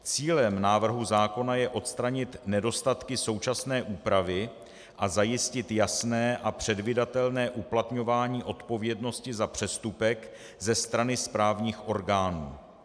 Cílem návrhu zákona je odstranit nedostatky současné úpravy a zajistit jasné a předvídatelné uplatňování odpovědnosti za přestupek ze strany správních orgánů.